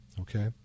okay